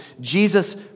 Jesus